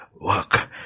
work